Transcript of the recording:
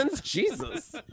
jesus